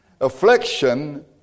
Affliction